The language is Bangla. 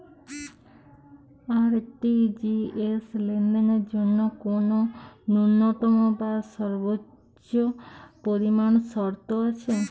আর.টি.জি.এস লেনদেনের জন্য কোন ন্যূনতম বা সর্বোচ্চ পরিমাণ শর্ত আছে?